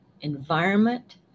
environment